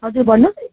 हजुर भन्नुहोस्